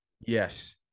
Yes